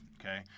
okay